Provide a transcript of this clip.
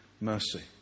mercy